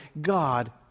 God